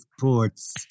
ports